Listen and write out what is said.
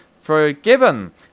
Forgiven